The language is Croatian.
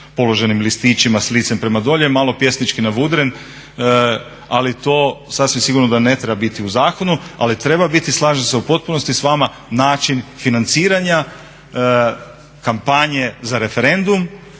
položenim listićima s licem prema dolje, malo pjesnički navudren ali to sasvim sigurno da ne treba biti u zakonu. Ali treba biti, slažem se u potpunosti s vama, način financiranja kampanje za referendum